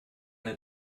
eine